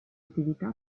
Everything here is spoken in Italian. attività